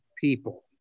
people